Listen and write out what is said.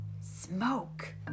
smoke